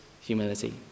humility